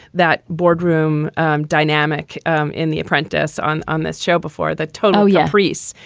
that boardroom dynamic um in the apprentice on on this show before the total yeah freeze.